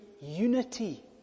unity